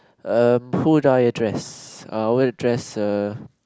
uh pull down a dress I wanna dress a